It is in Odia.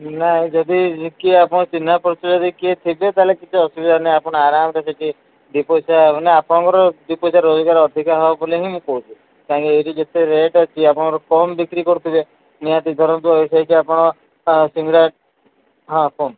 ନାଇ ଯଦି କିଏ ଆପଣଙ୍କର ଚିହ୍ନା ପରିଚୟ ଯଦି କିଏ ଥିବେ ତାହାଲେ କିଛି ଅସୁବିଧା ନାଇଁ ଆପଣ ଆରାମ୍ ସେ ସେଠି ଦୁଇ ପଇସା ମାନେ ଆପଣଙ୍କର ଦୁଇ ପଇସା ରହିବାର ଅଧିକ ହେବ ବୋଲି ମୁଁ କହୁଛି କାହିଁକି ଏଠି ଯେତେ ରେଟ୍ ଅଛି ଆପଣଙ୍କର କମ୍ ବିକ୍ରି କରୁଥିବେ ନିହାତି ଧରନ୍ତୁ ସେଇଠି ଆପଣ ସିଙ୍ଗଡ଼ା ହଁ କୁହନ୍ତୁ